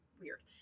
weird